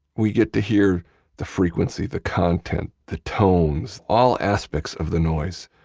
we get to hear the frequency, the content, the tones, all aspects of the noise,